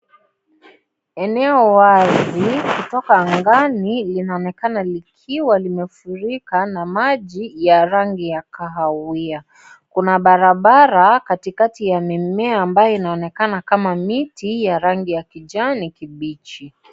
Eneo wazi kutoka angani inaonekana likiwa limefurika na maji ya rangi ya kahawia. Kuna barabara katikati ya mimea ambayo inaonekana kama miti ya rangi ya kijani kibichi.